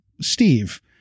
Steve